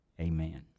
Amen